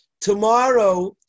tomorrow